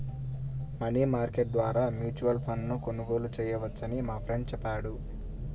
money market ద్వారా mutual ఫండ్ను కొనుగోలు చేయవచ్చని మా ఫ్రెండు చెప్పాడు